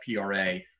PRA